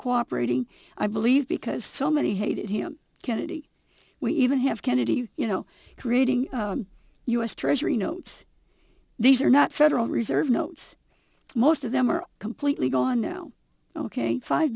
cooperating i believe because so many hated him kennedy we even have kennedy you know creating us treasury notes these are not federal reserve notes most of them are completely gone now ok five